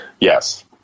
Yes